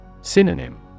Synonym